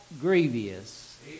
grievous